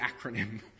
acronym